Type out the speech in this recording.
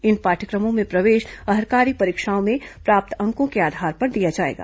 इन पाठ्यक्रमों के प्रवेश अर्हकारी परीक्षाओं में प्राप्त अंकों के आधार पर दिया जाएगा